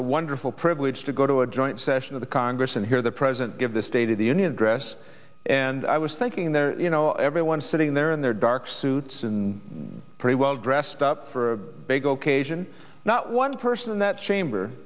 a wonderful privilege to go to a joint session of the congress and hear the president give the state of the union address and i was thinking that you know everyone sitting there in their dark suits and pretty well dressed up for a big location not one person in that chamber